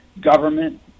government